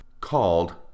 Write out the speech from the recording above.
called